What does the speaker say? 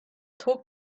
talk